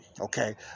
Okay